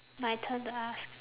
my turn to ask